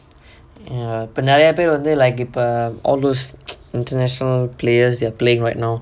இப்ப நிறைய பேரு வந்து:ippa niraiya paeru vanthu like இப்ப:ippa err all those international players they're playing right now